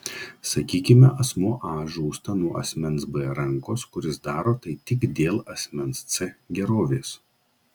sakykime asmuo a žūsta nuo asmens b rankos kuris daro tai tik dėl asmens c gerovės